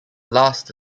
last